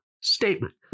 statement